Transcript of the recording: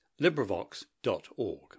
LibriVox.org